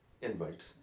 invite